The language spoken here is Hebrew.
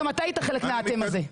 גם אתה היית חלק מהאתם הזה.